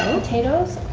potatoes,